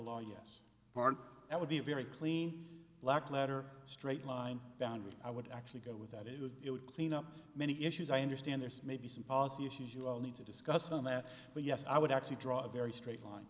law yes part that would be a very clean black letter a straight line down i would actually go with that it was it would clean up many issues i understand there's maybe some policy issues you need to discuss than that but yes i would actually draw a very straight line